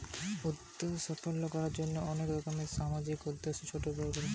উদ্যোক্তাকে সফল কোরার জন্যে অনেক রকম সামাজিক উদ্যোক্তা, ছোট ব্যবসা আছে